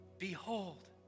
Behold